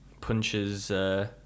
punches